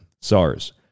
SARS